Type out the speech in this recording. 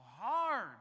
hard